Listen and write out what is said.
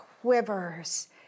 quivers